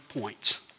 points